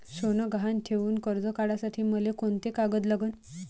सोनं गहान ठेऊन कर्ज काढासाठी मले कोंते कागद लागन?